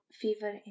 fever